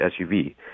SUV